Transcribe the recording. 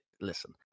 listen